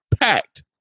packed